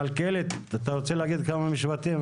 מלכיאלי, אתה רוצה לומר כמה משפטים?